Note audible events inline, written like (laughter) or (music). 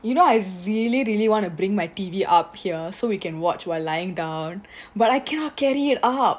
you know I really really wanna bring my T_V up here so we can watch while lying down (breath) but I cannot carry it up